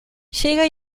llega